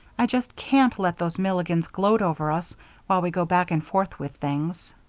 i just can't let those milligans gloat over us while we go back and forth with things.